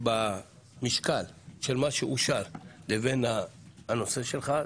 במשקל של מה שאושר לבין הנושא שלך,